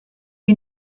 you